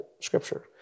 scripture